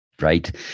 right